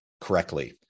correctly